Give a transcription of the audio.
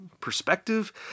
perspective